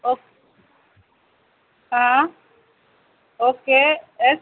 okay हां okay S